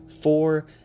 four